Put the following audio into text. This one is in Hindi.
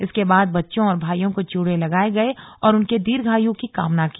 इसके बाद बच्चों और भाइयों को च्यूड़े लगाए गए और उनके दीर्घायु की कामना की